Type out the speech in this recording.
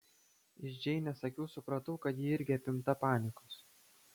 iš džeinės akių supratau kad ji irgi apimta panikos